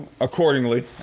accordingly